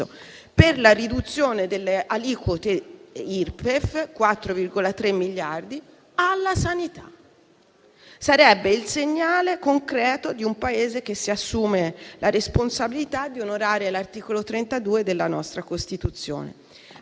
per la riduzione delle aliquote Irpef (4,3 miliardi di euro) alla sanità. Sarebbe il segnale concreto di un Paese che si assume la responsabilità di onorare l'articolo 32 della nostra Costituzione.